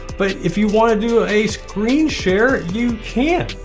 but if you wanna do a screen share, you can.